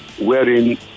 wherein